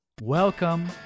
Welcome